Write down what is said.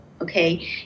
Okay